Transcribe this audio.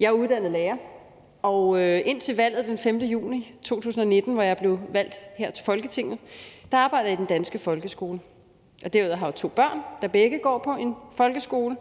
Jeg er uddannet lærer, og indtil valget den 5. juni 2019, hvor jeg blev valgt her til Folketinget, arbejdede jeg i den danske folkeskole. Derudover har jeg to børn, der begge går på en folkeskole.